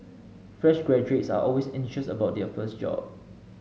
fresh graduates are always anxious about their first job